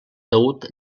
taüt